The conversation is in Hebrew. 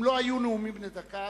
אם לא היו נאומים בני דקה,